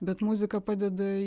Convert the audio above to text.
bet muzika padeda